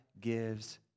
gives